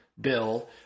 Bill